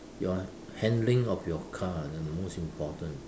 your handling of your car is the most important